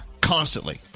Constantly